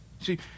See